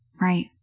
Right